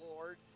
Lord